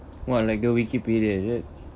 !whoa! like a wikipedia is it